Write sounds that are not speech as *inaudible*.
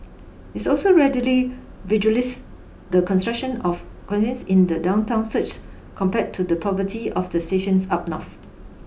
is also readily visualises the concentration of *unintelligible* in the downtown south compared to the poverty of the stations up north